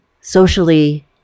Socially